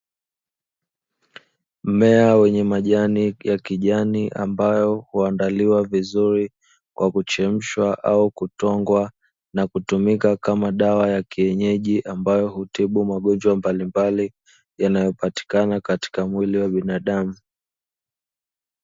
Mmea wenye majani ya kijani ambayo huandaliwa vizuri kwa kuchemshwa au kutwangwa na kutumika kama dawa ya kienyeji ambayo hutibu magonjwa mbalimbali yanayopatikana katika mwili wa binadamu.